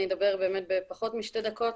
אני אדבר באמת בפחות משתי דקות.